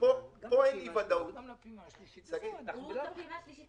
בניגוד לפעימה השנייה,